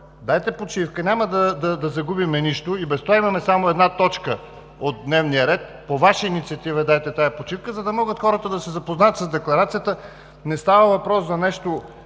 дайте почивка, няма да загубим нищо и без това имаме само една точка от дневния ред. По Ваша инициатива я дайте тази почивка, за да могат хората да се запознаят с Декларацията. Не става въпрос за нещо,